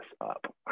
up